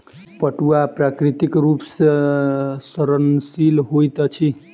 पटुआ प्राकृतिक रूप सॅ सड़नशील होइत अछि